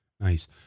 Nice